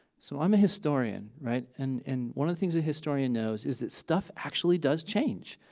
so i'm a historian, right? and and one of the things a historian knows is that stuff actually does change.